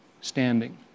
standing